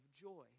joy